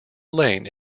lane